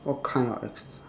what kind of exercise